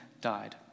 died